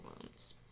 wounds